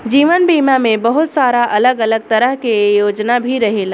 जीवन बीमा में बहुत सारा अलग अलग तरह के योजना भी रहेला